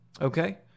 okay